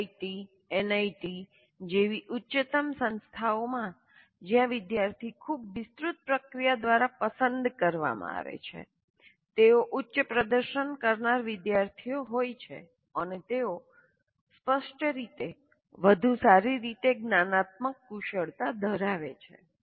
IIT NIT જેવી ઉચ્ચતમ સંસ્થાઓમાં જ્યાં વિદ્યાર્થીઓ ખૂબ વિસ્તૃત પ્રક્રિયા દ્વારા પસંદ કરવામાં આવે છે તેઓ ઉચ્ચ પ્રદર્શન કરનાર વિદ્યાર્થીઓ હોય છે અને તેઓ સ્પષ્ટ રીતે વધુ સારી રીતે જ્ઞાનાત્મકકુશળતા ધરાવે છે